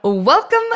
Welcome